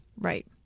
Right